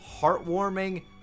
Heartwarming